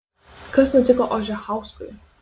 kas nutiko ožechauskui